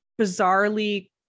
bizarrely